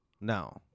No